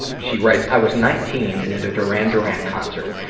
she writes, i was nineteen, and at a duran duran concert.